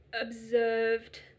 observed